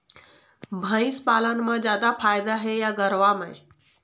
भंइस पालन म जादा फायदा हे या गरवा में?